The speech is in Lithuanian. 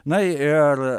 na ir